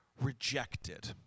rejected